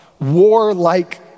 warlike